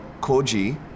Koji